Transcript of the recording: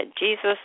Jesus